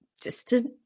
distant